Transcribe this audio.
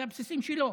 אלו הבסיסים שלו.